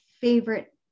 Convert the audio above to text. favorite